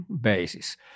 basis